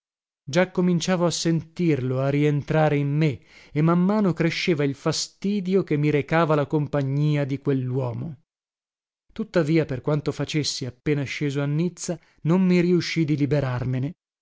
già cominciavo a sentirlo a rientrare in me e man mano cresceva il fastidio che mi recava la compagnia di quelluomo tuttavia per quanto facessi appena sceso a nizza non mi riuscì di liberarmene